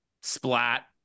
splat